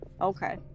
Okay